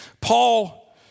Paul